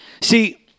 See